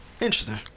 Interesting